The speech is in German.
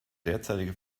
derzeitige